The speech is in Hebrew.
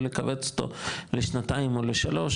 ולכווץ אותו לשנתיים או לשלוש,